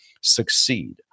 succeed